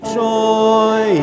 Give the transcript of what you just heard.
joy